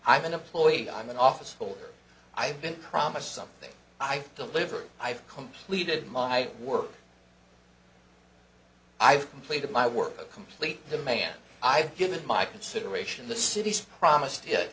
i'm an employee i'm an office full i've been promised something i've delivered i've completed my work i've completed my work complete the man i've given my consideration the cities promised